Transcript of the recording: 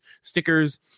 stickers